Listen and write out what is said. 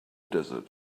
desert